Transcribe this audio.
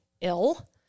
ill